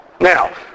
Now